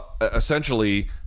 essentially